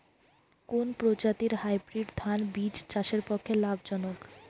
কোন প্রজাতীর হাইব্রিড ধান বীজ চাষের পক্ষে লাভজনক?